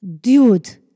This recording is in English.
Dude